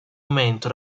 momento